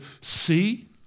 see